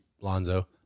Lonzo